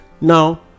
Now